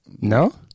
No